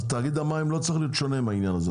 אז תאגיד המים לא צריך להיות שונה בעניין הזה,